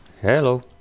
Hello